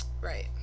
Right